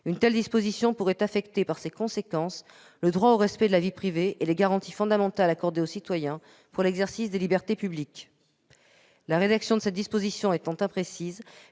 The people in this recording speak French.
une telle disposition pourrait affecter, par ses conséquences, le droit au respect de la vie privée et les garanties fondamentales accordées aux citoyens pour l'exercice des libertés publiques. La rédaction de cette disposition est imprécise,